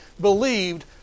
believed